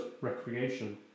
recreation